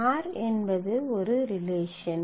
r என்பது ஒரு relation